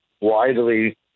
widely